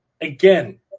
again